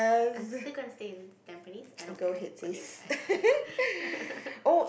I'm still going to stay in Tampines I don't care what do you